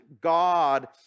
God